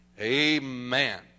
Amen